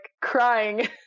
crying